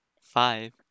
five